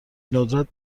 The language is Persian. ندرت